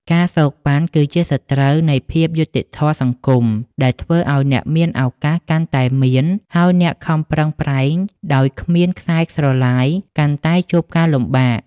ការសូកប៉ាន់ គឺជាសត្រូវនៃភាពយុត្តិធម៌សង្គម ដែលធ្វើឱ្យអ្នកមានឱកាសកាន់តែមាន ហើយអ្នកខំប្រឹងប្រែងដោយគ្មានខ្សែស្រឡាយកាន់តែជួបការលំបាក។